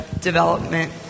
development